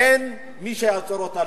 אין מי שיעצור אותה.